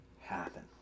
happen